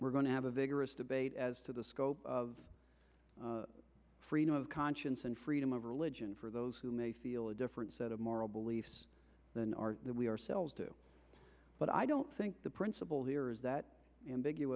we're going to have a vigorous debate as to the scope of freedom of conscience and freedom of religion for those who may feel a different set of moral beliefs than are we ourselves do but i don't think the principle here is that a